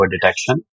detection